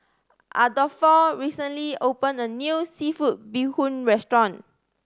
Adolfo recently opened a new seafood bee hoon restaurant